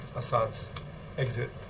assad's exit?